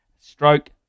Stroke